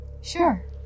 Sure